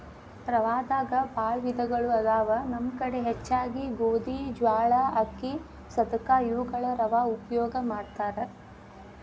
ರವಾದಾಗ ಬಾಳ ವಿಧಗಳು ಅದಾವ ನಮ್ಮ ಕಡೆ ಹೆಚ್ಚಾಗಿ ಗೋಧಿ, ಜ್ವಾಳಾ, ಅಕ್ಕಿ, ಸದಕಾ ಇವುಗಳ ರವಾ ಉಪಯೋಗ ಮಾಡತಾರ